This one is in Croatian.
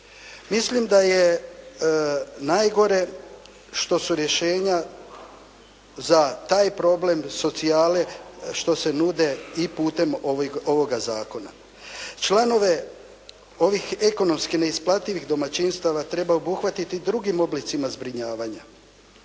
Mislim da je najgore što su rješenja za taj problem socijale što se nude i putem ovoga zakona. Članove ovih ekonomski neisplativih domaćinstava treba obuhvatiti drugim oblicima zbrinjavanja.